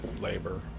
labor